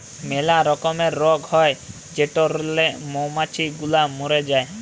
ম্যালা রকমের রগ হ্যয় যেটরলে মমাছি গুলা ম্যরে যায়